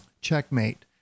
Checkmate